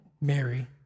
Mary